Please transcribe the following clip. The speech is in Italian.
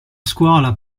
scuola